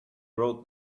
wrote